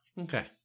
Okay